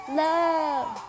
love